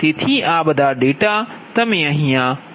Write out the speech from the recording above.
તેથી આ બધા ડેટા તમે અહીં મૂકો